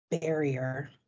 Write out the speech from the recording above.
barrier